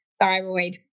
thyroid